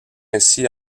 ainsi